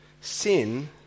Sin